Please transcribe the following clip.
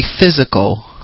physical